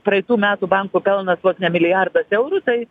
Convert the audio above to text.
praeitų metų bankų pelnas vos ne milijardas eurų tai